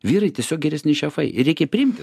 vyrai tiesiog geresni šefai ir reikia priimti